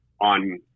on